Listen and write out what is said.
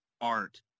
art